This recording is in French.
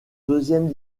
deuxième